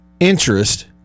interest